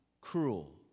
cruel